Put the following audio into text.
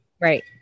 right